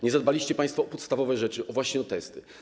Nie zadbaliście państwo o podstawowe rzeczy, właśnie o testy.